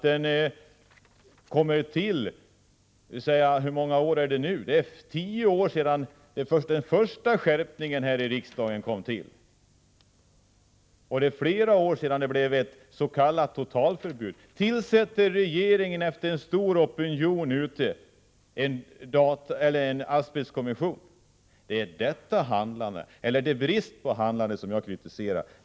Det är nu tio år sedan den första skärpningen av bestämmelserna gjordes här i riksdagen, och det är flera år sedan det blev ett s.k. totalförbud. Då tillsätter regeringen, efter en stor opinion ute på arbetsplatserna, en asbestkommission — det är detta handlande eller snarare denna brist på handlande som jag kritiserat.